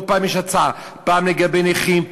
כל פעם יש הצעה: פעם לגבי נכים,